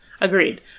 Agreed